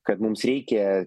kad mums reikia